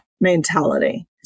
mentality